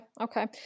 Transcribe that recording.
Okay